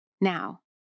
Now